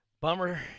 bummer